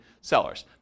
sellers